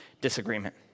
disagreement